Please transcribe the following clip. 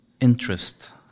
interest